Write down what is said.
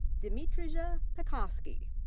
dimitrija pecoski.